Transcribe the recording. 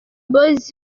boys